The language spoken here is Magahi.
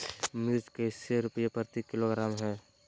मिर्च कैसे रुपए प्रति किलोग्राम है?